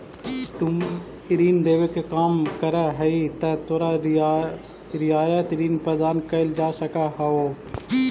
तुम ऋण देवे के काम करऽ हहीं त तोरो रियायत ऋण प्रदान कैल जा सकऽ हओ